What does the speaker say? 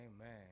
Amen